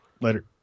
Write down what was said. Later